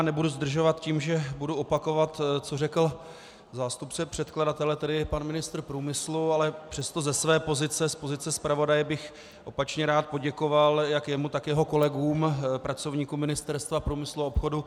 Nebudu zdržovat tím, že bych opakoval, co řekl zástupce předkladatele, tedy pan ministr průmyslu, ale přesto ze své pozice, z pozice zpravodaje, bych opačně rád poděkoval jak jemu, tak jeho kolegům, pracovníkům Ministerstva průmyslu a obchodu.